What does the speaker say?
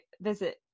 visit